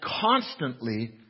constantly